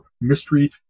mystery